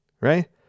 right